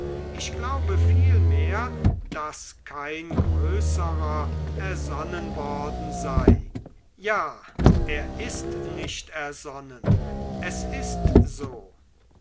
ich glaube vielmehr daß kein größerer ersonnen worden sei ja er ist nicht ersonnen es ist so